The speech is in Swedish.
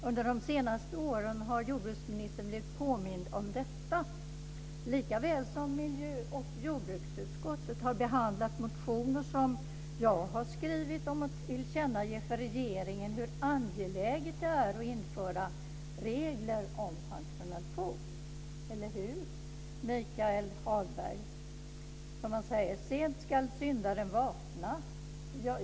Under de senaste åren har jordbruksministern blivit påmind om detta likaväl som miljö och jordbruksutskottet har behandlat motioner som jag har skrivit om att man till regeringen ska tillkännage hur angeläget det är att införa regler om functional food, eller hur Sent ska syndaren vakna, säger man.